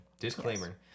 disclaimer